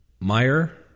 Meyer